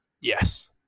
Yes